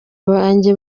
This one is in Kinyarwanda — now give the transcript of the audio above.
banjye